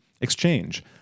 exchange